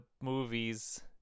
movies